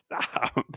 stop